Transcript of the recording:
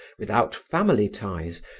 without family ties,